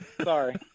Sorry